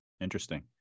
Interesting